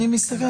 אני מסתכל,